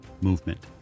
movement